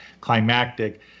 climactic